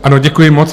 Ano, děkuji moc.